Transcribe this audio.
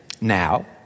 now